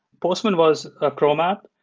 postman was a chrome app,